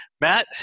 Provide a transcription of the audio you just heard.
Matt